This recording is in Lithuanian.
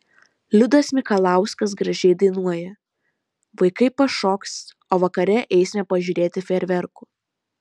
liudas mikalauskas gražiai dainuoja vaikai pašoks o vakare eisime pažiūrėti fejerverkų